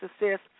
assists